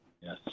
Yes